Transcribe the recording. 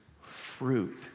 fruit